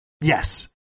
Yes